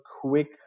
quick